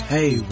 Hey